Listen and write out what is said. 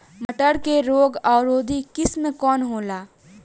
मटर के रोग अवरोधी किस्म कौन होला?